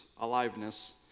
aliveness